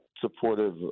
supportive